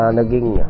Naging